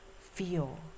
Feel